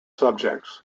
subjects